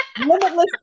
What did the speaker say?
Limitless